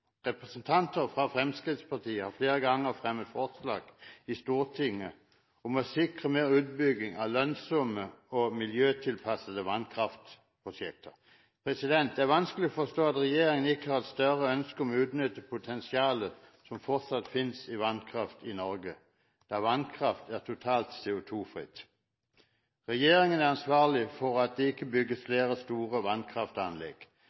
Representanter fra Fremskrittspartiet har flere ganger fremmet forslag i Stortinget om å sikre mer utbygging av lønnsomme og miljøtilpassede vannkraftprosjekter. Det er vanskelig å forstå at regjeringen ikke har et større ønske om å utnytte potensialet som fortsatt finnes innen vannkraft i Norge, da vannkraft er totalt CO2-fri. Regjeringen er ansvarlig for at det ikke bygges flere store vannkraftanlegg.